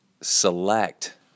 select